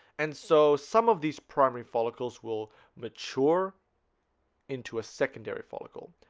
and so some of these primary follicles will mature into a secondary follicle,